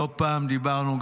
לא פעם דיברנו,